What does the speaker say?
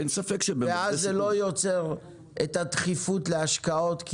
ואז זה לא יוצר את הדחיפות להשקעות,